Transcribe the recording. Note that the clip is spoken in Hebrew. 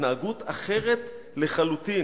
זו התנהגות אחרת לחלוטין,